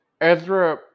Ezra